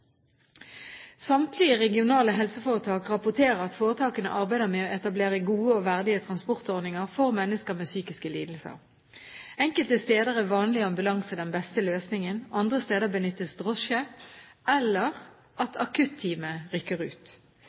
Samtlige regionale helseforetak rapporterer at foretakene arbeider med å etablere gode og verdige transportordninger for mennesker med psykiske lidelser. Enkelte steder er vanlig ambulanse den beste løsningen. Andre steder benyttes drosje eller at akutt-teamet rykker ut.